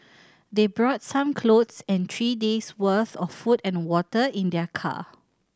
they brought some clothes and three days worth of food and water in their car